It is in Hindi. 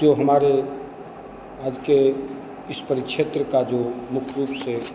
जो हमारे आज के इस परिक्षेत्र का जो मुख्य रूप से